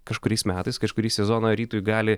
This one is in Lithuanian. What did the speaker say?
kažkuriais metais kažkurį sezoną rytui gali